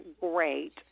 great